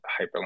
hyperlink